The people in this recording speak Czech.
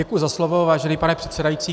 Děkuji za slovo, vážený pane předsedající.